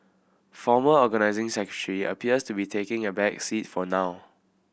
former Organising Secretary appears to be taking a back seat for now